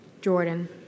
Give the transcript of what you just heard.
Jordan